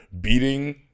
beating